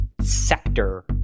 sector